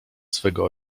swego